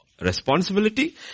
responsibility